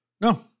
No